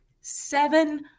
seven